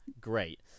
great